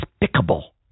despicable